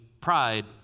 pride